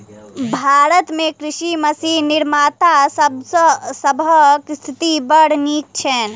भारत मे कृषि मशीन निर्माता सभक स्थिति बड़ नीक छैन